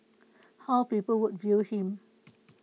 how people would view him